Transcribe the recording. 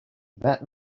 that